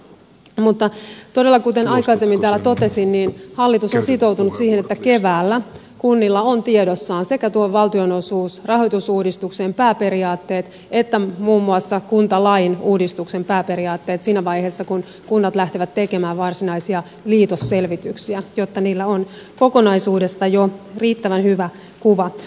mutta todella kuten aikaisemmin täällä totesin hallitus on sitoutunut siihen että keväällä kunnilla on tiedossaan sekä tuon valtionosuusrahoitusuudistuksen pääperiaatteet että muun muassa kuntalain uudistuksen pääperiaatteet siinä vaiheessa kun kunnat lähtevät tekemään varsinaisia liitosselvityksiä jotta niillä on kokonaisuudesta jo riittävän hyvä kuva